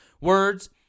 words